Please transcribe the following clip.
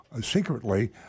secretly